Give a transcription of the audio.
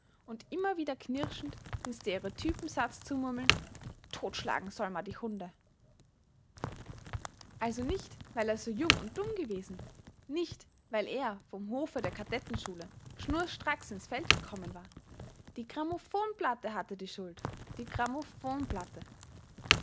und immer wieder knirschend den stereotypen satz zu murmeln totschlagen soll man die hunde also nicht weil er so jung und dumm gewesen nicht weil er vom hofe der kadettenschule schnurstracks ins feld gekommen war die grammophonplatte hatte die schuld die